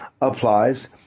applies